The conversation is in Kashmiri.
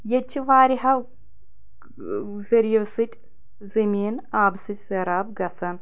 ییٚتہِ چھِ واریاہَو ذٔریعو سۭتۍ زٔمیٖن آبہٕ سۭتۍ سیراب گژھان